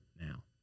now